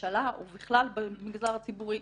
לממשלה ובכלל במגזר הציבורי,